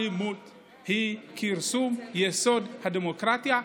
אלימות היא כרסום יסוד הדמוקרטיה.